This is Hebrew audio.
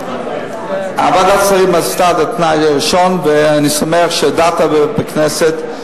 ועדת השרים עשתה את התנאי הראשון ואני שמח שהודעת בכנסת.